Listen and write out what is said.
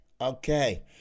okay